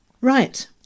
Right